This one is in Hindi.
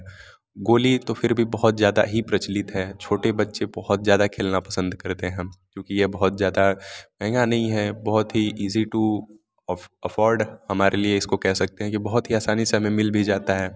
गोली तो फिर भी बहुत ज़्यादा ही प्रचलित है छोटे बच्चे बहुत ज़्यादा खेलना पसंद करते हैं क्योंकि यह बहुत ज़्यादा महँगा नहीं हैं बहुत ही इजी टू अफ़ अफ़्फोर्ड हमारे लिए इसको कह सकते हैं कि बहुत ही आसानी से हमें मिल भी जाता है